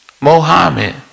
Mohammed